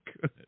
good